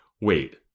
wait